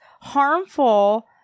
harmful